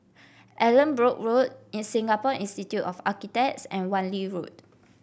Allanbrooke Road in Singapore Institute of Architects and Wan Lee Road